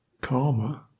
karma